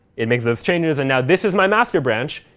it makes those changes. and now this is my master branch,